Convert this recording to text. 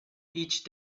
each